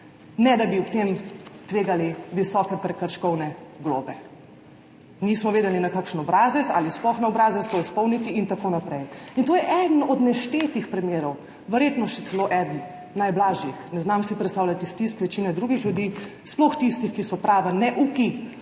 ne da bi ob tem tvegali visoke prekrškovne globe. Nismo vedeli, na kakšen obrazec ali sploh na obrazec to izpolniti in tako naprej. To je eden od neštetih primerov, verjetno še celo eden najblažjih. Ne znam si predstavljati stisk večine drugih ljudi, sploh tistih, ki so prava neuki